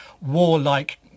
warlike